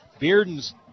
Bearden's